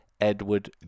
edward